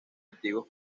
antiguos